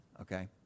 okay